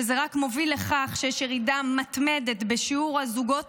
שזה רק מוביל לכך שיש ירידה מתמדת בשיעור הזוגות